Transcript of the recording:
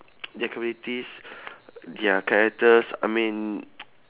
their capabilities their characters I mean